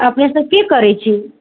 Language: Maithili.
अपने सब की करै छी